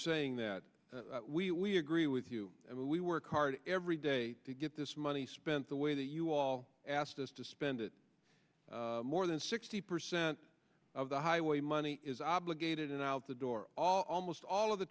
saying that we agree with you but we work hard every day to get this money spent the way that you all asked us to spend it more than sixty percent of the highway money is obligated and out the door almost all of the